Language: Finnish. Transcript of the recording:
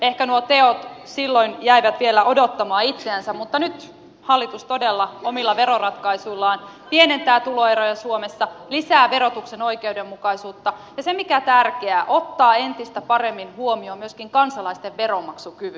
ehkä nuo teot silloin jäivät vielä odottamaan itseänsä mutta nyt hallitus todella omilla veroratkaisuillaan pienentää tuloeroja suomessa lisää verotuksen oikeudenmukaisuutta ja mikä tärkeää ottaa entistä paremmin huomioon myöskin kansalaisten veronmaksukyvyn